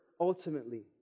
ultimately